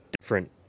different